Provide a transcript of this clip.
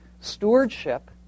stewardship